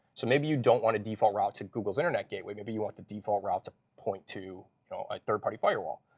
so maybe you don't want to default route to google's internet gateway, but maybe you want the default route to point to you know a third party firewall.